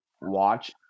Watch